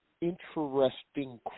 interesting